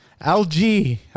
LG